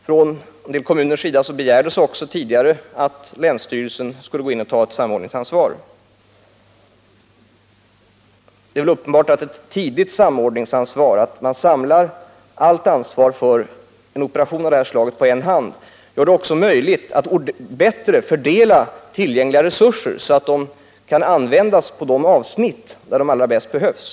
Vissa kommuner begärde också tidigare att länsstyrelsen skulle gå in och ta ett samordningsansvar. Det är klart att samlar man allt ansvar för en sådan här operation på en hand blir det lättare att bättre fördela de tillgängliga resurserna, så att de kan användas på de avsnitt där de allra mest behövs.